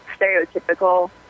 stereotypical